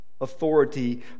authority